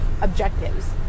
objectives